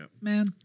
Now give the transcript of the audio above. Man